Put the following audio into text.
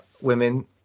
women